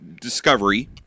Discovery